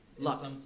luck